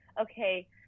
okay